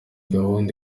gahunda